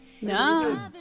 No